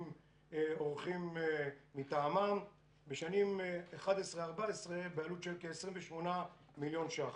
אורחים מטעמם בשנים 2011 עד 2014 בעלות של כ-28 מיליון ש"ח.